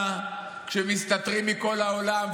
כשמסתתרים מכל העולם,